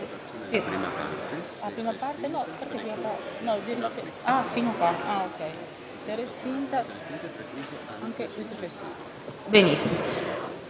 Benissimo,